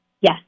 Yes